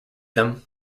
them